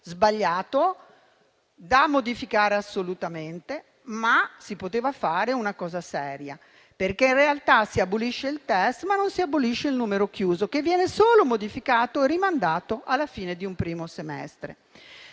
sbagliato da modificare assolutamente, ma si poteva fare una cosa seria. In realtà, si abolisce il test, ma non si abolisce il numero chiuso, che viene solo modificato e rimandato alla fine di un primo semestre.